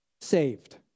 saved